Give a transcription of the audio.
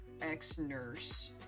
ex-nurse